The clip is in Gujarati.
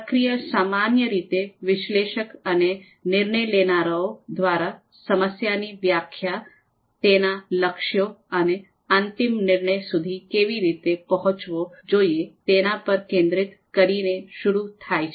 પ્રક્રિયા સામાન્ય રીતે વિશ્લેષક અને નિર્ણય લેનારાઓ દ્વારા સમસ્યાની વ્યાખ્યા તેના લક્ષ્યો અને અંતિમ નિર્ણય સુધી કેવી રીતે પહોંચવો જોઈએ તેના પર કેન્દ્રિત કરીને શરૂ થાય છે